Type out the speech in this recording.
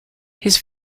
his